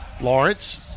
Lawrence